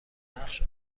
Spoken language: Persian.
نقش